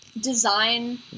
design